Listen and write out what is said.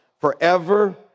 forever